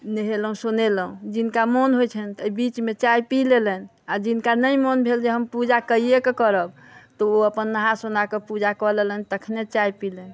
नहेलहुँ सुनेलहुँ जिनका मोन होइ छनि तऽ बीचमे चाय पी लेलनि आ जिनका नहि मोन भेल जे हम पूजा कइयैके करब तऽ ओ अपन नहा सुनाके पूजा कय लेलनि तखने चाय पिलनि